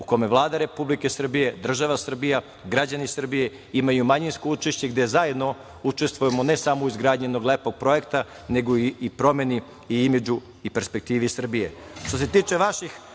u kome Vlada Republike Srbije, država Srbija, građani Srbije imaju manjinsko učešće, gde zajedno učestvujemo ne samo u izgradnji jednog lepog projekta, nego i promeni i imidžu i perspektivi Srbije. Što